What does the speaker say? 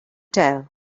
tell